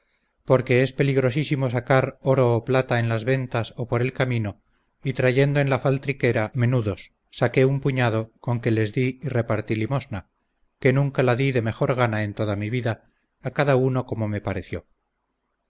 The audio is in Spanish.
porque es peligrosísimo sacar oro o plata en las ventas o por el camino y trayendo en la faltriquera menudos saqué un puñado con que les dí y repartí limosna que nunca la dí de mejor gana en toda mi vida a cada uno como me pareció